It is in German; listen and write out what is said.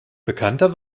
bekannter